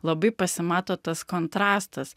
labai pasimato tas kontrastas